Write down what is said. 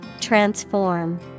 Transform